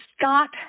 Scott